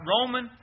Roman